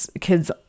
kids